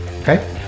Okay